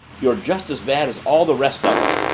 you're just as bad as all the rest of em.